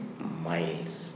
miles